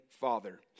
Father